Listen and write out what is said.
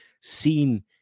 seen